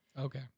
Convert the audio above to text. Okay